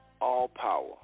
all-power